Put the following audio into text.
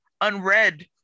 unread